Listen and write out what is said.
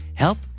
.help